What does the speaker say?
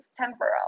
temporal